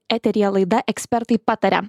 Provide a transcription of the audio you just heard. eteryje laida ekspertai pataria